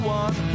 one